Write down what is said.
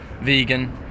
vegan